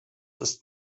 ist